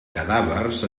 cadàvers